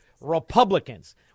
Republicans